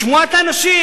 לשמוע את האנשים,